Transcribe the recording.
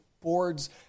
boards